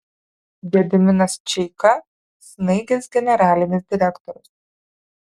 gediminas čeika snaigės generalinis direktorius